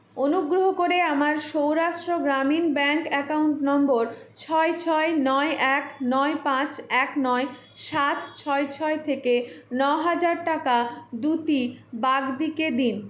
অনুগ্রহ করে আমার Saurashtra Gramin bank account number ছয় ছয় নয় এক নয় পাঁচ এক নয় সাত ছয় ছয় থেকে ন হাজার টাকা দ্যুতি বাগদিকে দিন